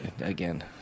again